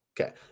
okay